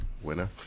winner